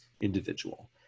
individual